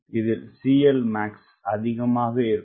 இதில்CLmaxஅதிகமாக இருக்கும்